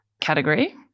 category